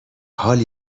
حال